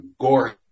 gore